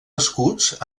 escuts